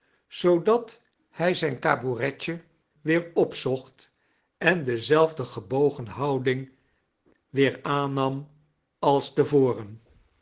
zoodat hij zijn tabouretje weer opzocht en dezelfde gebogen houding weer aannam als